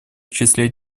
числе